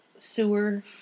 Sewer